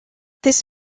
this